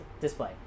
display